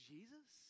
Jesus